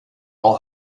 all